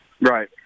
right